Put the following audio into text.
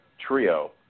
Trio